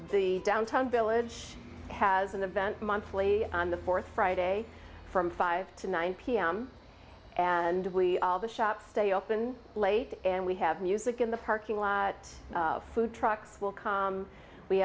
the downtown village has an event monthly on the fourth friday from five to nine pm and we all the shops stay open late and we have music in the parking lot at food trucks will come we